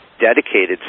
dedicated